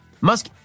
Musk